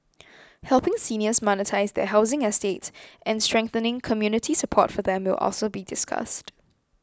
helping seniors monetise their housing assets and strengthening community support for them will also be discussed